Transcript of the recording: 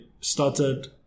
started